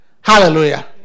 Hallelujah